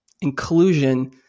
Inclusion